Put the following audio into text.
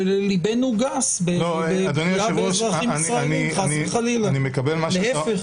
שליבנו גס באזרחים ישראלים, חס וחלילה, להפך.